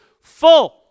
full